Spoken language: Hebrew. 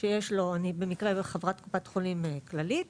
שיש לו, אני במקרה חברת קופת חולים כללית,